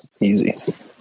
Easy